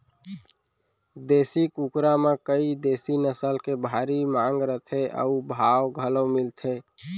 देसी कुकरा म कइ देसी नसल के भारी मांग रथे अउ भाव घलौ मिलथे